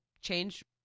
change